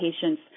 patients